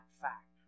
fact